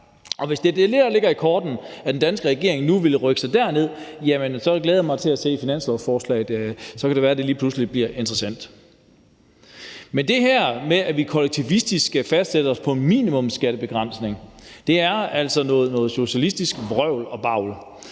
Hvis det er det, der ligger i kortene, altså at den danske regering nu vil rykke sig derned, så glæder jeg mig til at se finanslovsforslaget. Så kan det være, det lige pludselig bliver interessant. Men det her med, at vi kollektivistisk skal lægge os fast på en minimumsskat, er altså noget socialistisk vrøvl og bavl.